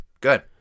Good